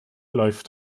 läuft